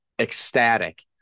ecstatic